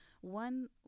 One